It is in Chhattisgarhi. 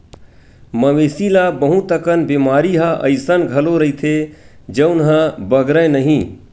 मवेशी ल बहुत अकन बेमारी ह अइसन घलो रहिथे जउन ह बगरय नहिं